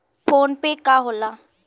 PhonePe का होला?